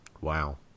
Wow